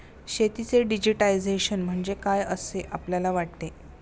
शेतीचे डिजिटायझेशन म्हणजे काय असे आपल्याला वाटते?